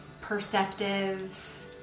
perceptive